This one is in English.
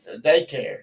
daycare